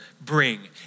bring